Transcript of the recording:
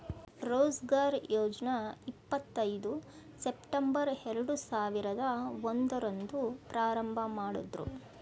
ರೋಜ್ಗಾರ್ ಯೋಜ್ನ ಇಪ್ಪತ್ ಐದು ಸೆಪ್ಟಂಬರ್ ಎರಡು ಸಾವಿರದ ಒಂದು ರಂದು ಪ್ರಾರಂಭಮಾಡುದ್ರು